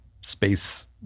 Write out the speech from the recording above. space